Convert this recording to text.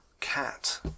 cat